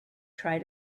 try